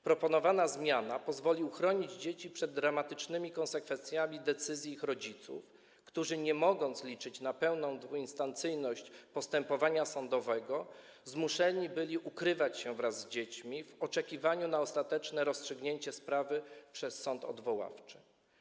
Proponowana zmiana pozwoli uchronić dzieci przed dramatycznymi konsekwencjami decyzji ich rodziców, którzy nie mogąc liczyć na pełną dwuinstancyjność postępowania sądowego, zmuszeni byli ukrywać się wraz z dziećmi w oczekiwaniu na ostateczne rozstrzygnięcie sprawy przez sąd odwoławczy.